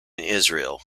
israel